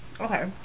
Okay